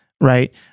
Right